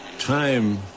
Time